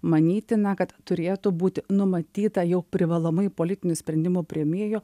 manytina kad turėtų būti numatyta jau privalomai politinių sprendimų priėmėjų